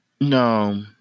no